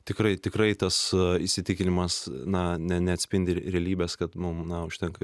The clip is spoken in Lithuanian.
tikrai tikrai tas įsitikinimas na neatspindi realybės kad mums na užtenka